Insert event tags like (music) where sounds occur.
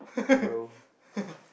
(laughs)